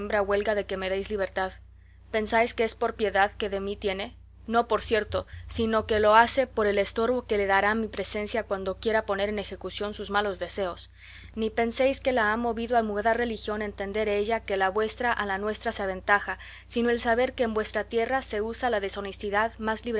hembra huelga de que me deis libertad pensáis que es por piedad que de mí tiene no por cierto sino que lo hace por el estorbo que le dará mi presencia cuando quiera poner en ejecución sus malos deseos ni penséis que la ha movido a mudar religión entender ella que la vuestra a la nuestra se aventaja sino el saber que en vuestra tierra se usa la deshonestidad